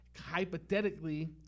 hypothetically